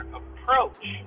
approach